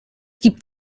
gibt